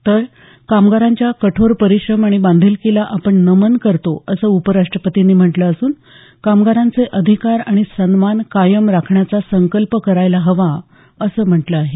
तर कामगारांच्या कठोर परिश्रम आणि बांधिलकीला आपण नमन करतो असं उपराष्ट्रपतींनी म्हटलं असून कामगारांचे अधिकार आणि सन्मान कायम राखण्याचा संकल्प करायला हवा असं म्हटलं आहे